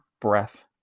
breath